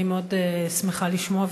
אני מאוד שמחה לשמוע,